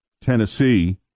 Tennessee